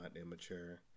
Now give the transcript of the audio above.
immature